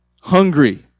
hungry